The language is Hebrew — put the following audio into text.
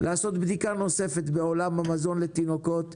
לעשות בדיקה נוספת בעולם המזון לתינוקות,